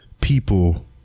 people